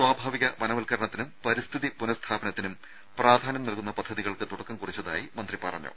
സ്വാഭാവിക വനവൽക്കരണത്തിനും പരിസ്ഥിതി പുനഃസ്ഥാപനത്തിനും പ്രാധാന്യം നൽകുന്ന പദ്ധതികൾക്ക് തുടക്കം കുറിച്ചതായി മന്ത്രി പറഞ്ഞു